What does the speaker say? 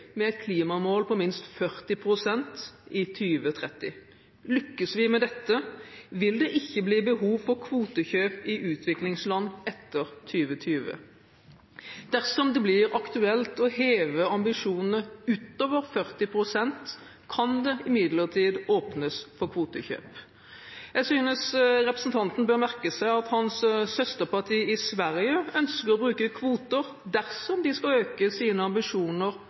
med et klimamål på minst 40 pst. i 2030. Lykkes vi med dette, vil det ikke bli behov for kvotekjøp i utviklingsland etter 2020. Dersom det blir aktuelt å heve ambisjonene utover 40 pst., kan det imidlertid åpnes for kvotekjøp. Jeg synes representanten bør merke seg at hans søsterparti i Sverige ønsker å bruke kvoter dersom de skal øke sine ambisjoner